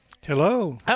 hello